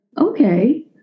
okay